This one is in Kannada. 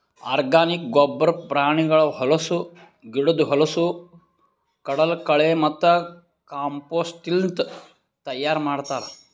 ಆರ್ಗಾನಿಕ್ ಗೊಬ್ಬರ ಪ್ರಾಣಿಗಳ ಹೊಲಸು, ಗಿಡುದ್ ಹೊಲಸು, ಕಡಲಕಳೆ ಮತ್ತ ಕಾಂಪೋಸ್ಟ್ಲಿಂತ್ ತೈಯಾರ್ ಮಾಡ್ತರ್